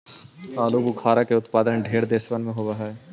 आलूबुखारा के उत्पादन ढेर देशबन में होब हई